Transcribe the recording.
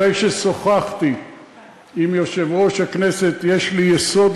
אחרי ששוחחתי עם יושב-ראש הכנסת יש לי יסוד